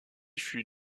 fut